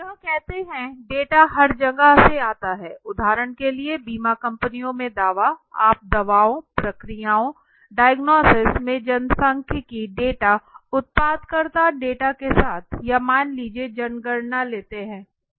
यह कहते हैं डेटा हर जगह से आता है उदाहरण के लिए बीमा कंपनियों में दावा आप दवाओं प्रक्रियाओं डाइग्नोसिस में जनसांख्यिकीय डेटा उत्पादकता डेटा के साथ या मान लीजिए जनगणना लेते है